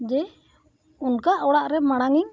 ᱡᱮ ᱚᱱᱠᱟ ᱚᱲᱟᱜ ᱨᱮ ᱢᱟᱲᱟᱝ ᱤᱧ